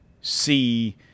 See